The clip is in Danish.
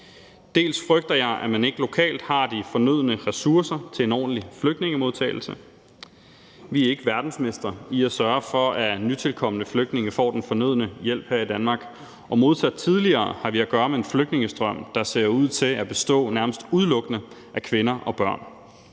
Jeg frygter, at man ikke lokalt har de fornødne ressourcer til en ordentlig flygtningemodtagelse. Vi er ikke verdensmestre i at sørge for, at nytilkomne flygtninge får den fornødne hjælp her i Danmark. Og modsat tidligere har vi at gøre med en flygtningestrøm, der ser ud til at bestå nærmest udelukkende af kvinder og børn.